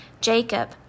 Jacob